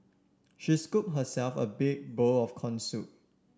she scooped herself a big bowl of corn soup